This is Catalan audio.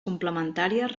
complementàries